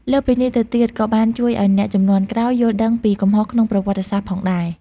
លើសពីនេះទៅទៀតក៏បានជួយឲ្យអ្នកជំនាន់ក្រោយយល់ដឹងពីកំហុសក្នុងប្រវត្តិសាស្ត្រផងដែរ។